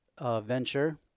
venture